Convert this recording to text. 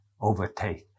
Overtake